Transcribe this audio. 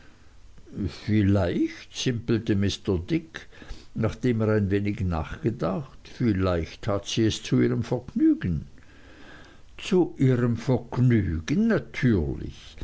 vielleicht simpelte mr dick nachdem er ein wenig nachgedacht vielleicht tat sie es zu ihrem vergnügen zu ihrem vergnügen natürlich